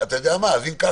יש לי "פתרון",